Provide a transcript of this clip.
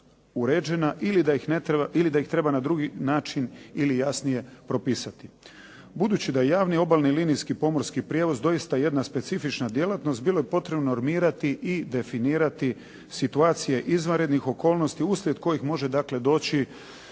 uređena ili da ih treba na drugi način ili jasnije propisati. Budući da javni obalni linijski pomorski prijevoz doista jedna specifična djelatnost bilo je potrebno normirati i definirati situacije izvanrednih okolnosti uslijed kojih može doći